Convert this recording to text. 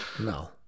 no